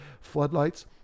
floodlights